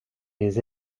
les